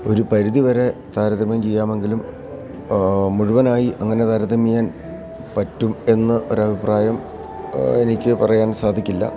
ഒരു പരിധി വരെ താരതമ്യം ചെയ്യാമെങ്കിലും മുഴുവനായി അങ്ങനെ താരതമ്യം ചെയ്യാൻ പറ്റുമെന്നൊരു അഭിപ്രായം എനിക്ക് പറയാൻ സാധിക്കില്ല